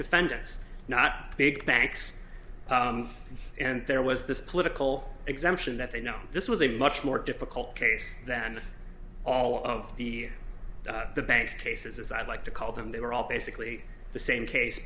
defendants not big banks and there was this political exemption that they know this was a much more difficult case than all of the the bank cases i'd like to call them they were all basically the same case